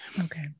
Okay